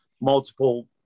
multiple